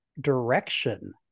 direction